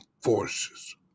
Forces